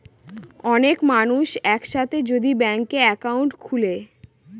অনেক মানুষ এক সাথে যদি ব্যাংকে একাউন্ট খুলে